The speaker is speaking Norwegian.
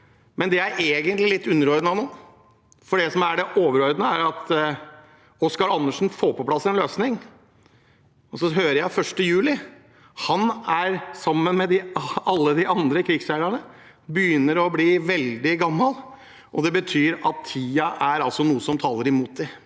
men det er egentlig litt underordnet nå. Det som er det overordnede, er at Oscar Anderson får på plass en løsning. Jeg hører 1. juli. I likhet med alle de andre krigsseilerne, begynner han å bli veldig gammel, og det betyr at tiden er noe som taler mot dem.